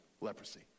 leprosy